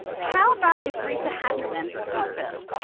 how about if rita hadn't then pursued phil?